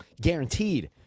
Guaranteed